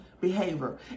behavior